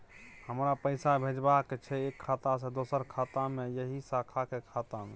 हमरा पैसा भेजबाक छै एक खाता से दोसर खाता मे एहि शाखा के खाता मे?